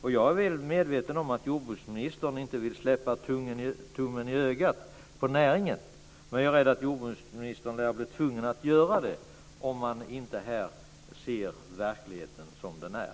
Jag är mycket väl medveten om att jordbruksministern inte vill avstå från att sätta tummen i ögat på näringen, men jag är rädd för att jordbruksministern lär bli tvungen att avstå från det om man inte ser verkligheten som den är.